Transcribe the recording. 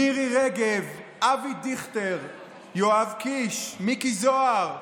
מירי רגב, אבי דיכטר, יואב קיש, מיקי זוהר,